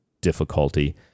difficulty